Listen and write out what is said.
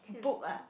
book ah